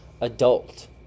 adult